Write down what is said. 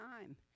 time